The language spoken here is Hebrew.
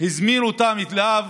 הזמין אותם אליו.